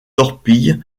torpilles